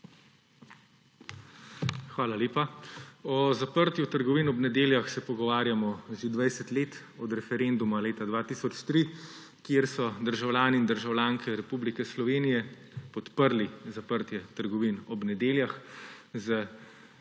Hvala lepa. O zaprtju trgovin ob nedeljah se pogovarjamo že 20 let, od referenduma leta 2003, kjer so državljani in državljanke Republike Slovenije podprli zaprtje trgovin ob nedeljah z veliko